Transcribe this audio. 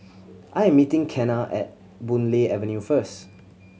I'm meeting Kenna at Boon Lay Avenue first